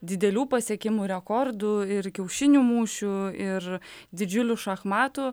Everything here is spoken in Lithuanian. didelių pasiekimų rekordų ir kiaušinių mūšių ir didžiulių šachmatų